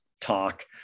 talk